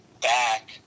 back